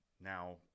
Now